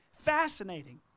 fascinating